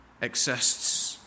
exists